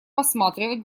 посматривать